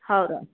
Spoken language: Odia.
ହଉ